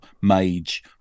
Mage